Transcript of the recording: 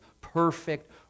perfect